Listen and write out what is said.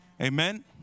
Amen